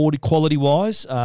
quality-wise